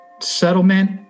settlement